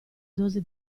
dose